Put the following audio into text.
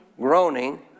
groaning